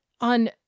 on